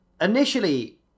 initially